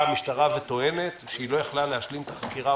המשטרה וטוענת שהיא לא יכלה להשלים את החקירה,